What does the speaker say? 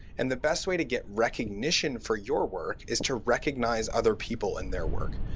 and the best way to get recognition for your work is to recognize other people in their work.